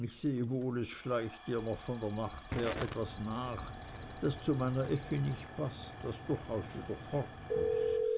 ich sehe wohl es schleicht dir von der nacht her etwas nach das zu meiner effi nicht paßt das durchaus wieder fort muß